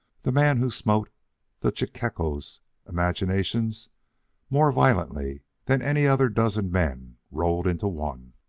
the man who smote the chechaquos' imaginations more violently than any other dozen men rolled into one.